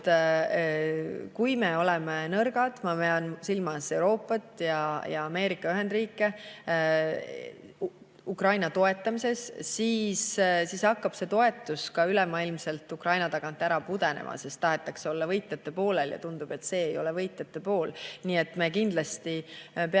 Kui me oleme nõrgad – ma pean silmas Euroopat ja Ameerika Ühendriike – Ukraina toetamises, siis hakkab ka ülemaailmne toetus Ukraina tagant ära pudenema, sest tahetakse olla võitjate poolel, aga tundub, et see ei ole võitjate pool. Nii et me peame